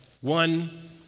one